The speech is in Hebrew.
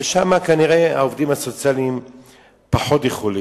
ושם כנראה העובדים הסוציאליים פחות יכולים,